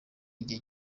igihe